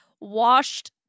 washed